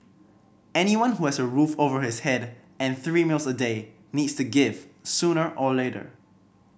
anyone who has a roof over his head and three meals a day needs to give sooner or later